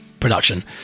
production